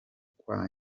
kwa